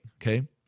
okay